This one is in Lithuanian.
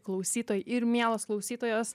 klausytojai ir mielos klausytojos